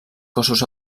cossos